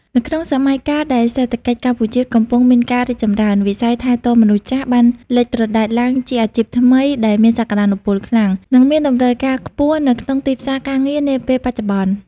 នៅក្នុងសម័យកាលដែលសេដ្ឋកិច្ចកម្ពុជាកំពុងមានការរីកចម្រើន វិស័យថែទាំមនុស្សចាស់បានលេចត្រដែតឡើងជាអាជីពថ្មីដែលមានសក្តានុពលខ្លាំង និងមានតម្រូវការខ្ពស់នៅក្នុងទីផ្សារការងារនាពេលបច្ចុប្បន្ន។